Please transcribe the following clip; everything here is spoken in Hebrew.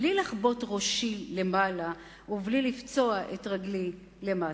בלי לחבוט ראשי למעלה ובלי לפצוע את רגלי למטה"